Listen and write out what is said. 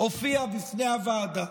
הופיע בפני הוועדה.